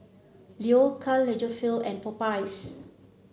Leo Karl Lagerfeld and Popeyes